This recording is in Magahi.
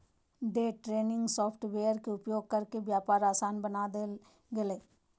डे ट्रेडिंग सॉफ्टवेयर के उपयोग करके व्यापार आसान बना देल गेलय